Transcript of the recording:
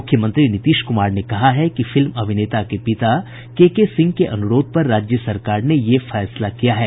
मुख्यमंत्री नीतीश कुमार ने कहा है कि फिल्म अभिनेता के पिता केके सिंह के अनुरोध पर राज्य सरकार ने यह फैसला किया है